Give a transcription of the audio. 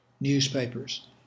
newspapers